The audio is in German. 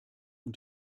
und